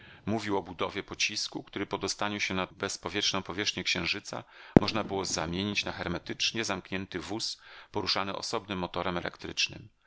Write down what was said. mówił o budowie pocisku który po dostaniu się na bezpowietrzną powierzchnię księżyca można było zamienić na hermetycznie zamknięty wóz poruszany osobnym motorem elektrycznym